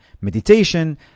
meditation